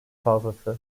fazlası